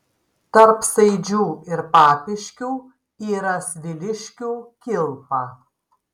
tarp saidžių ir papiškių yra sviliškių kilpa